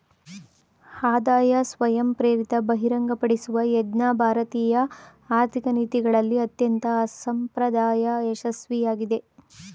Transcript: ಆದಾಯ ಸ್ವಯಂಪ್ರೇರಿತ ಬಹಿರಂಗಪಡಿಸುವ ಯೋಜ್ನ ಭಾರತೀಯ ಆರ್ಥಿಕ ನೀತಿಗಳಲ್ಲಿ ಅತ್ಯಂತ ಅಸಂಪ್ರದಾಯ ಯಶಸ್ವಿಯಾಗಿದೆ